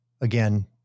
Again